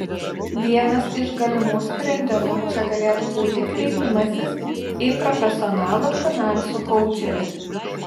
vienas iš galimų sprendimų čia galėtų būti kreipimasis į profesionalų finansų koučerį